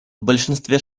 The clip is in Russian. большинстве